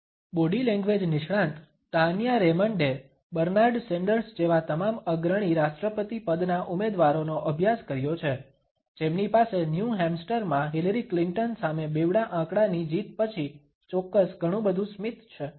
body language નિષ્ણાંત Tanya રેમન્ડએ Bernard Sanders જેવા તમામ અગ્રણી રાષ્ટ્રપતિ પદના ઉમેદવારોનો અભ્યાસ કર્યો છે જેમની પાસે ન્યુ હેમ્સ્ટર માં હિલેરી ક્લિન્ટન સામે બેવડા આંકડાની જીત પછી ચોક્કસ ઘણું બધુ સ્મિત છે